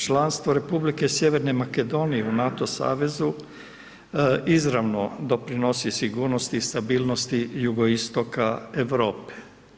Članstvo Republike Sjeverne Makedonije u NATO savezu izravno doprinosi sigurnosti i stabilnosti jugoistoka Europe.